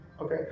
Okay